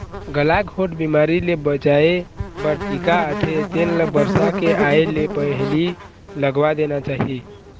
गलाघोंट बिमारी ले बचाए बर टीका आथे तेन ल बरसा के आए ले पहिली लगवा देना चाही